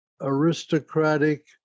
aristocratic